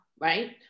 right